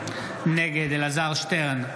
נגד אלעזר שטרן,